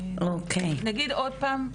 נגיד עוד פעם,